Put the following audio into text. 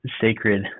sacred